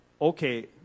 okay